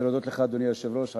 על